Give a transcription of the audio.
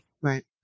Right